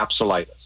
capsulitis